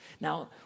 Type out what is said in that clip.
Now